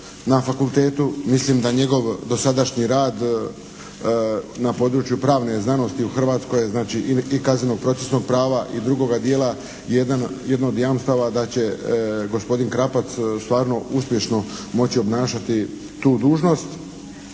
na fakultetu. Mislim da njegov dosadašnji rad na području pravne znanosti u Hrvatskoj znači i kaznenog procesnog prava i drugoga dijela jedno od jamstava da će gospodin Krapac stvarno uspješno moći obnašati tu dužnost.